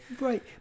Right